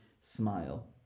smile